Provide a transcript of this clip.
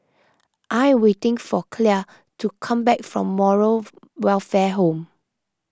I am waiting for Clell to come back from Moral Welfare Home